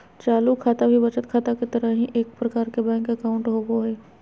चालू खाता भी बचत खाता के तरह ही एक प्रकार के बैंक अकाउंट होबो हइ